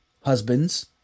husbands